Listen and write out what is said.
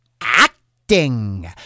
Acting